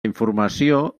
informació